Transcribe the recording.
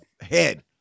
head